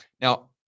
Now